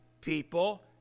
people